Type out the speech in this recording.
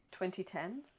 2010